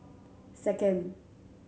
second